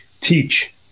teach